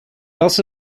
also